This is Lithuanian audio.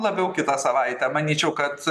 labiau kitą savaitę manyčiau kad